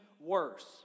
worse